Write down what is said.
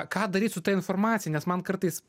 ką daryt su ta informacija nes man kartais